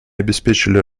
обеспечили